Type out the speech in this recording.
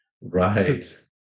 Right